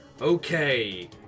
okay